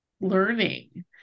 learning